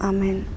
Amen